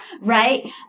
right